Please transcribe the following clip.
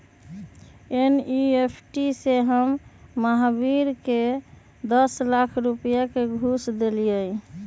NEFT से हम महावीर के दस लाख रुपए का घुस देलीअई